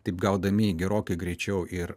taip gaudami gerokai greičiau ir